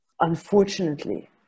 unfortunately